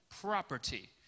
property